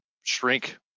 shrink